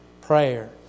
Prayer